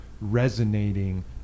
resonating